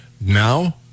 Now